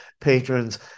patrons